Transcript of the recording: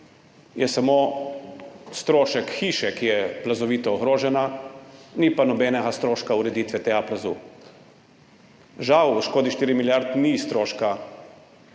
je samo strošek hiše, ki je plazovito ogrožena, ni pa nobenega stroška ureditve tega plazu. Žal, v škodi 4 milijarde ni stroška